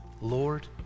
Lord